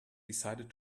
decided